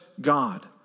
God